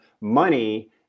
money